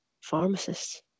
pharmacists